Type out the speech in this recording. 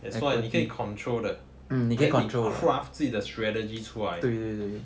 as long as 你可以 control 的 then 你 craft 自己的 strategy 出来